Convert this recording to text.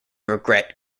regret